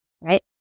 right